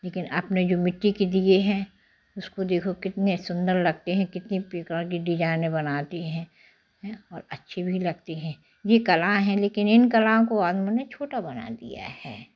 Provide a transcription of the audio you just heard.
लेकिन अपने जो मिट्टी के दिए हैं उसको देखो कितने सुंदर लगते हैं कितनी प्रकार की डिज़ाइनें बनाते है और अच्छे भी लगते हैं ये कला है लेकिन इन कलाओं को आदमियों ने छोटा बना दिया है